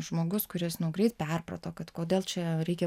žmogus kuris nu greit perprato kad kodėl čia reikia